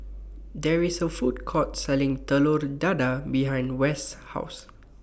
There IS A Food Court Selling Telur Dadah behind West's House